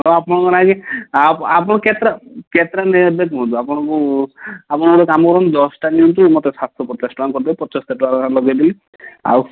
ହଁ ଆପଣଙ୍କ ନାଗି ଆପଣ କେତେଟା କେତେଟା ନେବେ କୁହନ୍ତୁ ଆପଣଙ୍କୁ ଆପଣ ଗୁଟେ କାମ କରନ୍ତୁ ଦଶଟା ନିଅନ୍ତୁ ମୋତେ ସାତଶହ ପଚାଶଟଙ୍କା କରିଦିଅନ୍ତୁ ପଞ୍ଚସ୍ତରୀ ଟଙ୍କା ଲେଖାଁ ନଗେଇ ଦେଲି ଆଉ